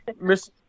Miss